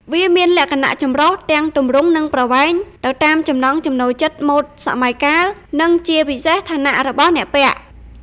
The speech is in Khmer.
វាមានលក្ខណៈចម្រុះទាំង ទម្រង់ និងប្រវែង ទៅតាមចំណង់ចំណូលចិត្ត ម៉ូដសម័យកាល និងជាពិសេសឋានៈរបស់អ្នកពាក់។